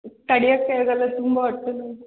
ತಡೆಯಕ್ಕೆ ಆಗೋಲ್ಲ ತುಂಬ ಹೊಟ್ಟೆ ನೋವು